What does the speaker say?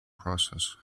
process